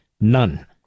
None